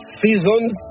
seasons